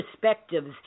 perspectives